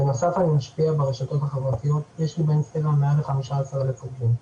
יש לי באינסטגרם מעל ל-15,000 עוקבים.